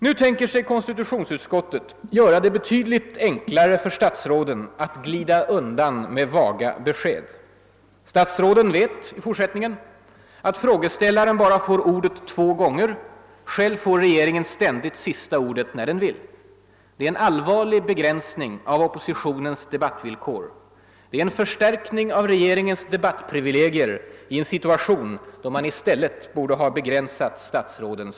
Nu avser konstitulionsutskottet att göra det betydligt enklare iör statsråden att glida undan med vaga besked. Statsråden vet i fortsättningen att frågeställaren bara får ordet två gånger — själv får ju regeringen ständigt sista ordet när man så vill. Det är en allvarlig begränsning av oppositionens debattvillkor och det är en förstärkning av regeringens debattprivilegier i en situation, då dessa i stället borde ha begränsats.